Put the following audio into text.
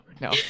no